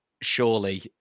surely